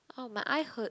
oh my eye hurt